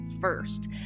first